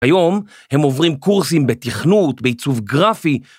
‫היום הם עוברים קורסים ‫בתכנות, בעיצוב גרפי.